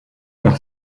par